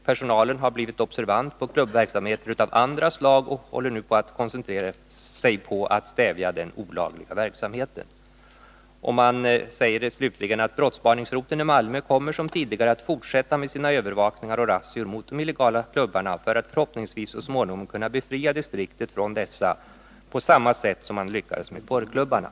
Personalen har blivit observant på klubbverksamheter av andra slag och koncentrerar sig nu på att stävja den olagliga verksamheten. Man säger slutligen att brottsspaningsroteln i Malmö kommer som tidigare att fortsätta med sina övervakningar och razzior mot de illegala klubbarna för att förhoppningsvis så småningom kunna befria distriktet från dessa på samma sätt som man gjorde när man lyckades med porrklubbarna.